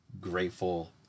grateful